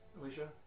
Alicia